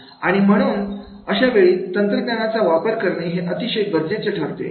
आणि म्हणून म्हणून अशावेळी तंत्रज्ञानाचा वापर करणे अतिशय गरजेचे ठरते